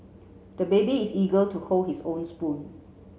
the baby is eager to hold his own spoon